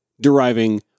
deriving